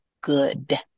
good